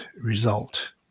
result